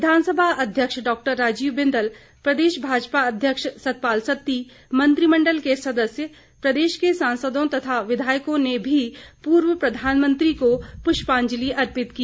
विघानसभा अध्यक्ष डा राजीव बिन्दल प्रदेश भाजपा अध्यक्ष सतपाल सत्ती मंत्रिमण्डल के सदस्य प्रदेश के सांसदों तथा विघायकों ने भी पूर्व प्रधानमंत्री को पुष्पांजलि अर्पित की